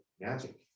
magic